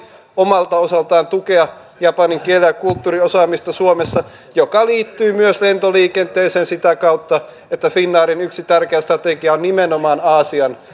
omalta osaltaan tukea japanin kielen ja kulttuurin osaamista suomessa mikä liittyy myös lentoliikenteeseen sitä kautta että finnairin yksi tärkeä strategia on nimenomaan aasian